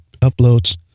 uploads